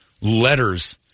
letters